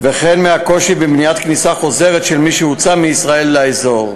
וכן מהקושי במניעת כניסה חוזרת של מי שהוצא מישראל לאזור.